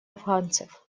афганцев